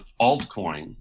altcoin